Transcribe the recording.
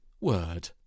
word